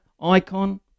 icon